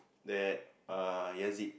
that uh he has it